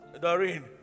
Doreen